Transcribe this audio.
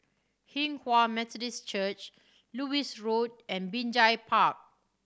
Hinghwa Methodist Church Lewis Road and Binjai Park